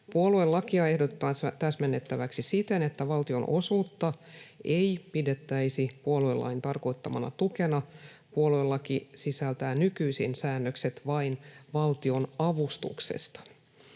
Puoluelakia ehdotetaan täsmennettäväksi siten, että valtionosuutta ei pidettäisi puoluelain tarkoittamana tukena. Puoluelaki sisältää nykyisin säännökset vain valtionavustuksesta.